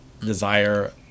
desire